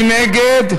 מי נגד?